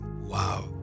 Wow